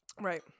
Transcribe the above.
Right